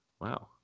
Wow